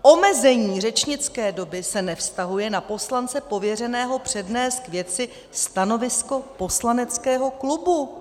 Omezení řečnické doby se nevztahuje na poslance pověřeného přednést k věci stanovisko poslaneckého klubu.